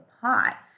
pot